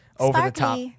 over-the-top